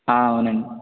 ఆ అవునండి